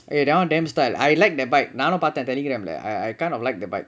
eh that [one] damn style I liked that bike நானும் பாத்த:naanum paaththa Telegram leh I kind of like the bike